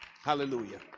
Hallelujah